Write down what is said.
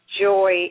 Joy